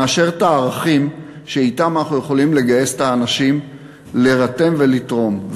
מאשר את הערכים שאתם אנחנו יכולים לגייס את האנשים להירתם ולתרום.